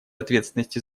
ответственности